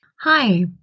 Hi